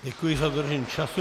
Děkuji za dodržení času.